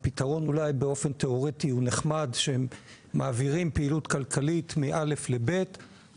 הפתרון אולי באופן תיאורטי הוא נחמד שמעבירים פעילות כלכלית מא' לב' ,